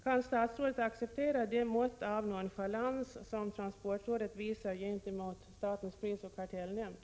Kan statsrådet vidare acceptera det mått av nonchalans som transportrådet visar gentemot statens prisoch kartellnämnd?